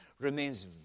remains